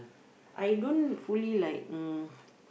I don't fully like mm